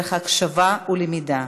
דרך הקשבה ולמידה,